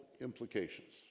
implications